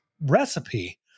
recipe